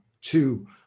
two